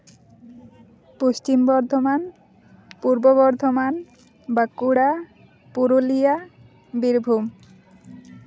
Paschim Bardhaman Purba Bardhaman Bankura Purulia Birbhum